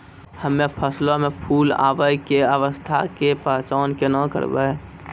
हम्मे फसलो मे फूल आबै के अवस्था के पहचान केना करबै?